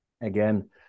Again